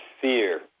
fear